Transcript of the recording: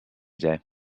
day